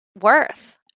worth